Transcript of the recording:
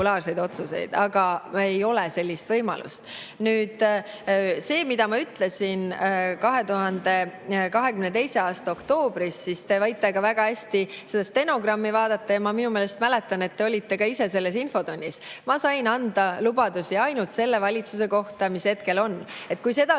aga ei ole sellist võimalust. Nüüd sellest, mida ma ütlesin 2022. aasta oktoobris. Te võite seda stenogrammi vaadata, ja ma oma meelest mäletan, et te olite ka ise selles infotunnis. Ma sain anda lubadusi ainult selle valitsuse kohta, mis hetkel oli. Kui kasutada